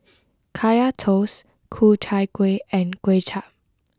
Kaya Toast Ku Chai Kueh and Kway Chap